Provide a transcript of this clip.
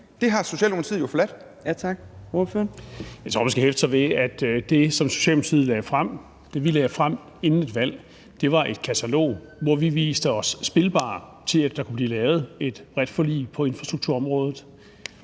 Jeg tror, man skal hæfte sig ved, at det, som Socialdemokratiet lagde frem – altså det, vi lagde frem inden et valg – var et katalog, hvor vi viste os spilbare, i forhold til at der kunne blive lavet et bredt forlig på infrastrukturområdet.